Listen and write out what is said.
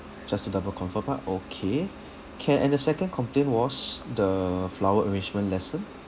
just to double confirm ah okay can and the second complaint was the flower arrangement lesson